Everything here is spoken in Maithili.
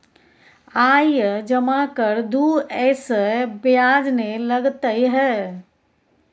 आय जमा कर दू ऐसे ब्याज ने लगतै है?